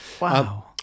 Wow